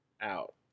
out